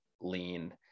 lean